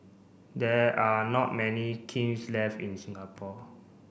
there are not many kilns left in Singapore